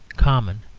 common,